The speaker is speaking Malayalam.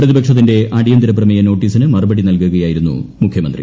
പ്രതിപക്ഷത്തിന്റെ അടിയന്തര പ്രമേയ നോട്ടീസിന് മറുപടി നൽകുകയായിരുന്നു മുഖ്യമന്ത്രി